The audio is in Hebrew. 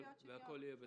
והכול יהיה בסדר.